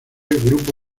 grupo